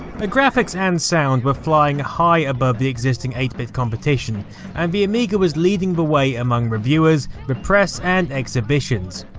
but graphics and sound were flying high above the existing eight bit competition and the amiga was leading the way among reviewers, the press and exhibitions.